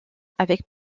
avec